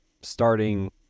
starting